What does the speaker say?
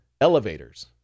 elevators